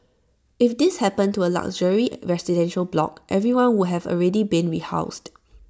if this happened to A luxury residential block everyone would have already been rehoused